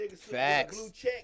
Facts